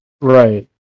Right